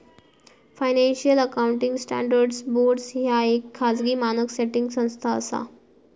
financial accounting standards board ह्या येक खाजगी मानक सेटिंग संस्था असा